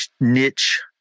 niche